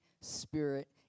spirit